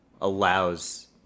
allows